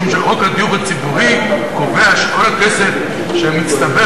משום שחוק הדיור הציבורי קובע שכל הכסף שמצטבר